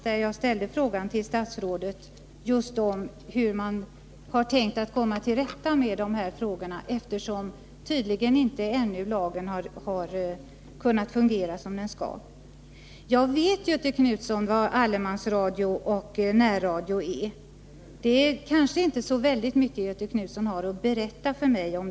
Jag hade ställt en fråga till statsrådet Göransson om hur man hade tänkt komma till rätta med det problemet, eftersom lagen tydligen ännu inte kunnat fungera som den skall. Jag vet, Göthe Knutson, vad närradion och allemansradion är. Det är kanske inte så särskilt mycket Göthe Knutson har att ”berätta” för mig.